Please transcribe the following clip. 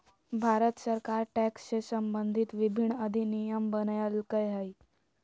भारत सरकार टैक्स से सम्बंधित विभिन्न अधिनियम बनयलकय हइ